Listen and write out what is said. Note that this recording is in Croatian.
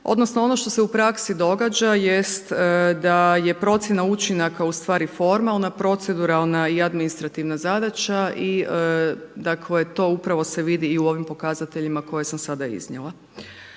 Odnosno ono što se u praksi događa jest da je procjena učinaka ustvari forma, ona proceduralna i administrativna zadaća i dakle to upravo se vidi i u ovim pokazateljima koje sam sada iznijela.